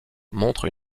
montre